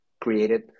created